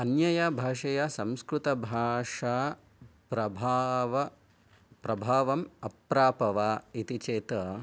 अन्यया भाषया संस्कृतभाषा प्रभावः प्रभावम् अप्राप वा इति चेत्